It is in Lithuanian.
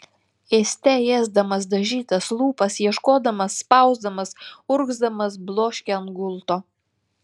ėste ėsdamas dažytas lūpas ieškodamas spausdamas urgzdamas bloškė ant gulto